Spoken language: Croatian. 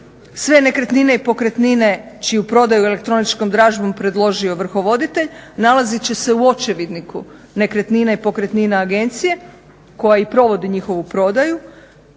Sve nekretnine i pokretnine čiju je prodaju elektroničkom dražbom predložio ovrhovoditelj nalazit će se u očevidniku nekretnina i pokretnina agencije koja i provodi njihovu prodaju